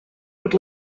would